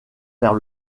vers